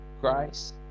grace